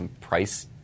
price